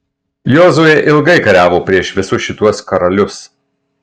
jozuė ilgai kariavo prieš visus šituos karalius